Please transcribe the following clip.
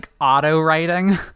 auto-writing